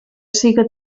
siga